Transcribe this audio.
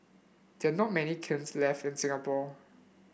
there are not many kilns left in Singapore